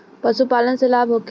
पशु पालन से लाभ होखे?